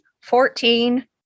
fourteen